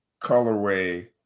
colorway